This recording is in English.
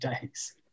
days